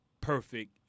perfect